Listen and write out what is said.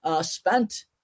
spent